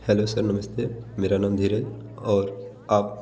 hello sir नमस्ते मेरा नाम धीरज और आप